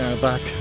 Back